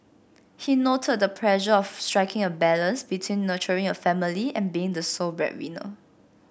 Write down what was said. he noted the pressure of striking a balance between nurturing a family and being the sole breadwinner